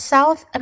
South